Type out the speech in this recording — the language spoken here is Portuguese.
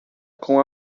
com